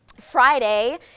Friday